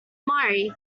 murray